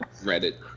Reddit